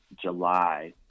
July